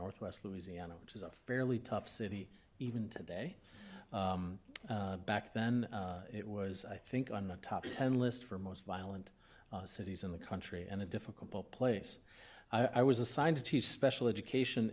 northwest louisiana which is a fairly tough city even today back then it was i think on the top ten list for most violent cities in the country and a difficult place i was assigned to teach special education